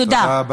תודה.